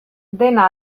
dena